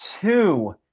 two